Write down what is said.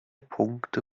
punkte